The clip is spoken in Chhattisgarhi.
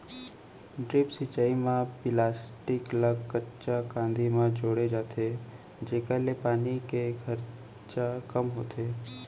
ड्रिप सिंचई म पिलास्टिक ल कच्चा कांदी म जोड़े जाथे जेकर ले पानी के खरचा कम होथे